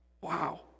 Wow